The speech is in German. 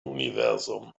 universum